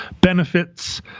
benefits